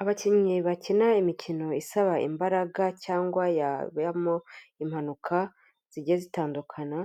Abakinnyi bakina imikino isaba imbaraga cyangwa yaberamo impanuka zigiye zitandukana,